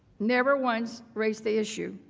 never once raising the issue.